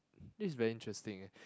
this is very interesting leh